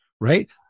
right